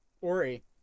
Ori